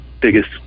biggest